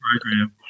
program